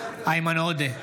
איימן עודה,